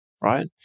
right